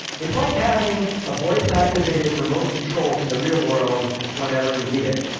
it's like having a voice-activated remote control to the real world whenever you need it.